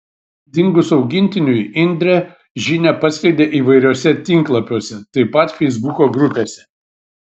dingus augintiniui indrė žinią paskleidė įvairiuose tinklapiuose taip pat feisbuko grupėse